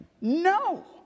No